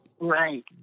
Right